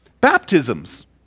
Baptisms